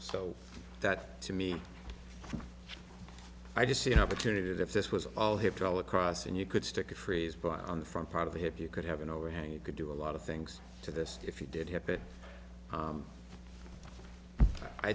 so that to me i just see an opportunity that if this was all hip to all across and you could stick a phrase but on the front part of the hip you could have an overhang you could do a lot of things to this if you did h